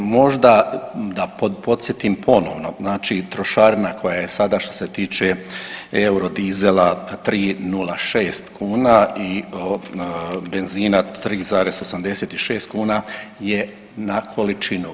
Možda da podsjetim ponovno, znači trošarina koja je sada što se tiče eurodizela 3,06 kuna i benzina 3,86 kuna je na količinu.